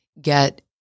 get